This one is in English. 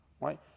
right